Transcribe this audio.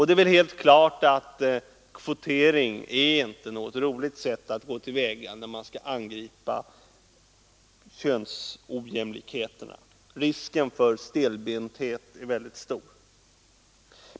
Det är väl helt klart att kvotering inte är något roligt sätt att gå till väga på när man skall angripa könsojämlikheterna. Risken för stelbenthet är väldigt stor.